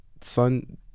son